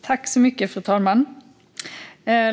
Fru talman!